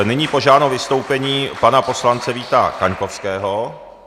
Nyní požádám o vystoupení pana poslance Víta Kaňkovského.